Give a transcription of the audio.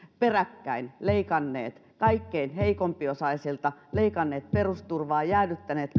peräkkäin leikannut kaikkein heikompiosaisilta leikannut perusturvaa jäädyttänyt